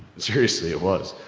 seriously, it was!